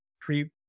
pre